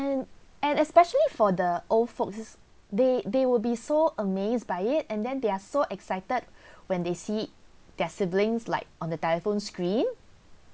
and and especially for the old folks is they they will be so amazed by it and then they are so excited when they see their siblings like on the telephone screen